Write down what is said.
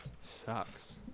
sucks